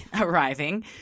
arriving